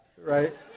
right